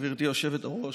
גברתי היושבת-ראש,